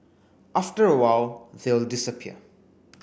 after a while they'll disappear